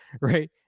Right